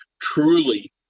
truly